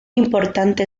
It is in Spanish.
importante